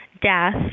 death